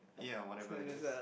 ya whatever is it